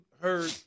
heard